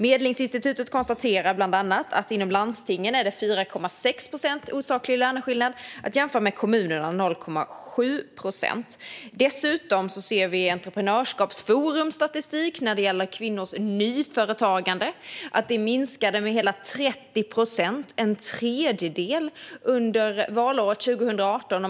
Medlingsinstitutet konstaterar bland annat att den osakliga löneskillnaden i landstingen är 4,6 procent och i kommunerna 0,7 procent. Dessutom ser vi i Entreprenörskapsforums statistik vad gäller kvinnors nyföretagande att detta minskade med hela 30 procent, en tredjedel, under valåret 2018.